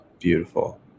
Beautiful